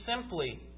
simply